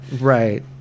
Right